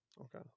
Okay